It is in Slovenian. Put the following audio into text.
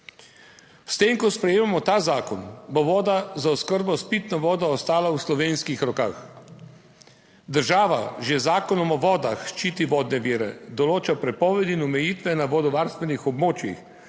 S tem, ko sprejemamo ta zakon, bo voda za oskrbo s pitno vodo ostala v slovenskih rokah. Država že z Zakonom o vodah ščiti vodne vire, določa prepovedi in omejitve na vodovarstvenih območjih,